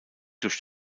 durch